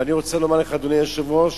ואני רוצה לומר לך, אדוני היושב-ראש,